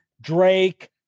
Drake